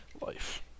life